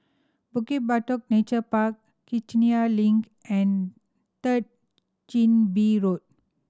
Bukit Batok Nature Park Kiichener Link and Third Chin Bee Road